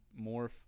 morph